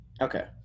Okay